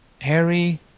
Harry